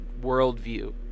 worldview